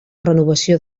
renovació